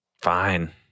Fine